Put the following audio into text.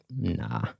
nah